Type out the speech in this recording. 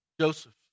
Joseph